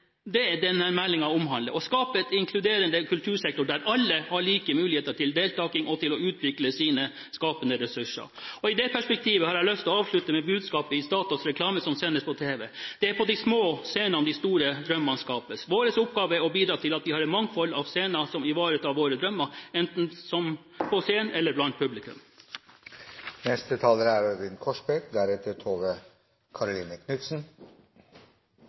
det denne meldingen omhandler, å skape en inkluderende kultursektor der alle har like muligheter til å delta og til å utvikle sine skapende ressurser. I det perspektivet har jeg lyst til å avslutte med budskapet i en Statoil-reklame som sendes på tv: «Det er på de små scenene de store drømmene skapes.» Vår oppgave er å bidra til at vi har et mangfold av scener som ivaretar våre drømmer, på scenen eller blant